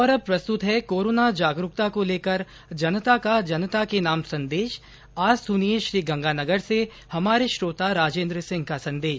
और अब प्रस्तुत है कोरोना जागरूकता को लेकर जनता का जनता के नाम संदेश आज सुनिए श्रीगंगानगर से हमारे श्रोता राजेन्द्र सिंह का संदेश